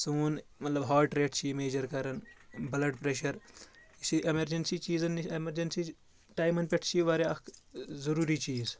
سون مَطلَب heart rate چھِ یہِ میجَر کران بٕلَڈ پریٚشَر یہِ چھِ اؠمرجٮ۪نسیٖ چیٖزن نِش اؠمرجنسی ٹایمن پؠٹھ چھِ یہِ واریاہ اکھ ضروٗری چیٖز